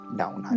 down